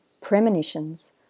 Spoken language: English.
premonitions